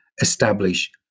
establish